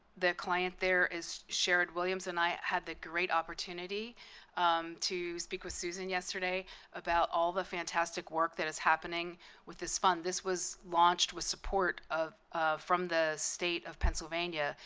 the client there is sharrod williams, and i had the great opportunity to speak with susan yesterday about all the fantastic work that is happening with this fund. this was launched with support of from the state of pennsylvania,